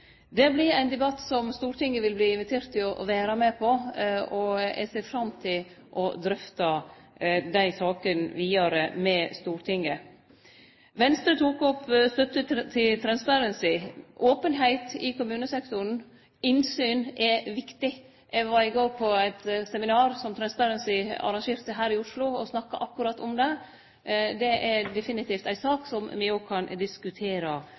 Det vert ein debatt som Stortinget vil verte invitert til å vere med på, og eg ser fram til å drøfte dei sakene vidare med Stortinget. Venstre tok opp støtte til Transparency – openheit i kommunesektoren, innsyn, er viktig. Eg var i går på eit seminar som Transparency arrangerte her i Oslo, og snakka akkurat om det. Det er definitivt ei sak som me òg kan